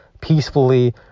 Peacefully